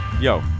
Yo